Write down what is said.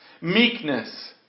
meekness